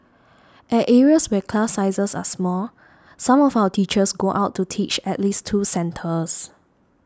at areas where class sizes are small some of our teachers go out to teach at least two centres